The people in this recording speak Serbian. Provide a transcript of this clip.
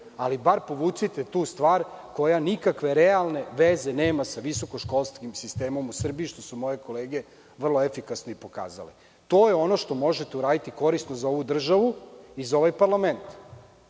ali bar povucite tu stvar koja nikakve realne veze nema sa visokoškolskim sistemom u Srbiji, što su moje kolege vrlo efikasno i pokazale. To je ono što možete uraditi korisno za ovu državu i za ovaj